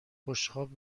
بشقاب